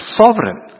sovereign